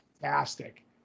fantastic